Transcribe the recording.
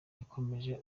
yakomeje